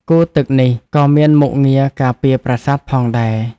គូរទឹកនេះក៏មានមុខងារការពារប្រាសាទផងដែរ។